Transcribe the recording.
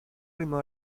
ritmo